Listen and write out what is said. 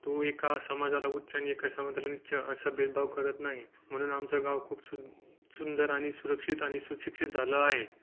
तो एका समाजाला उच्च आणि एका समाजाला नीच असा भेदभाव करत नाही म्हणून आमचं गाव खूप सु सुंदर आणि सुरक्षित आणि सुशिक्षित झालं आहे